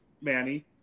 Manny